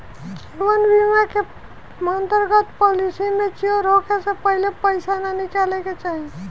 जीवन बीमा के अंतर्गत पॉलिसी मैच्योर होखे से पहिले पईसा ना निकाले के चाही